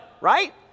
right